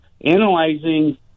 analyzing